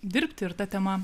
dirbti ir ta tema